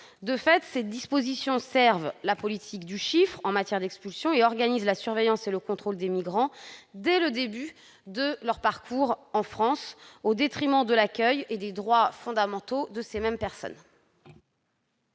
De fait, ces dispositions servent la politique du chiffre en matière d'expulsions et organisent la surveillance et le contrôle des migrants dès le début de leur parcours en France, au détriment de l'accueil et des droits fondamentaux des personnes.